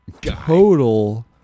total